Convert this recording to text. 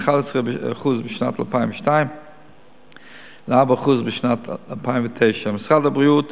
מ-11% בשנת 2002 ל-4% בשנת 2009. משרד הבריאות